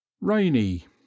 rainy